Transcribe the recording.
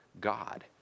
God